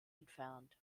entfernt